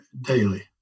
daily